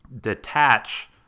detach